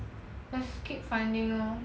just keep finding lor